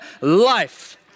life